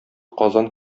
казан